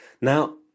Now